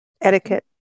etiquette